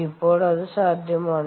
ഇപ്പോൾ അത് സാധ്യമാണോ